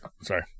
Sorry